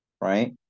right